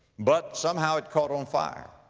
but somehow it caught on fire.